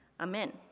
Amen